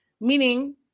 Meaning